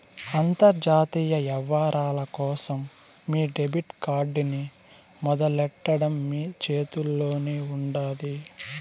అంతర్జాతీయ యవ్వారాల కోసం మీ డెబిట్ కార్డ్ ని మొదలెట్టడం మీ చేతుల్లోనే ఉండాది